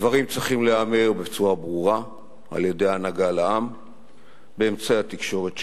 דברים צריכים להיאמר בצורה ברורה על-ידי הנהגה לעם באמצעי התקשורת שלהם.